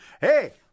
Hey